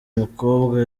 mukobwa